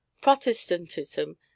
Protestantism